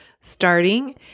starting